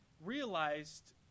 realized